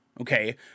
okay